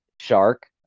shark